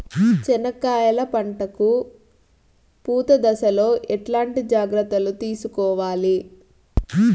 చెనక్కాయలు పంట కు పూత దశలో ఎట్లాంటి జాగ్రత్తలు తీసుకోవాలి?